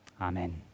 Amen